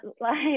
like-